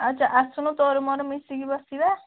ଆଚ୍ଛା ଆସୁନୁ ତୋର ମୋର ମିଶିକି ବସିବା